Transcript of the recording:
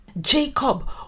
Jacob